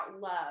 love